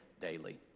daily